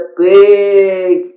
big